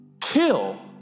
kill